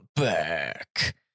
Back